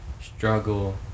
struggle